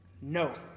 No